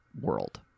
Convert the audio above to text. world